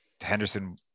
Henderson